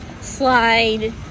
slide